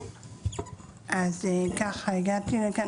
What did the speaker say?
הגעתי לכאן